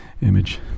image